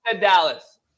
Dallas